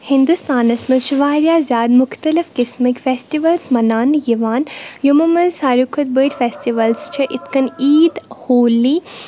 ہِنٛدوستانَس منٛز چھِ واریاہ زیادٕ مُختلِف قٕسمٕکۍ فیسٹِولٕز مَناونہٕ یِوان یِمو منٛز سارِوٕے کھۄتہٕ بٔڈۍ فیسٹِولٕز چھِ یِتھٕ کٔنۍ عیٖد ہولی